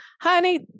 honey